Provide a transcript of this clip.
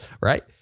right